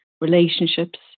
relationships